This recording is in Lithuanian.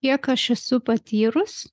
kiek aš esu patyrus